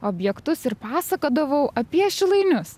objektus ir pasakodavau apie šilainius